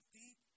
deep